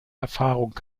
erfahrung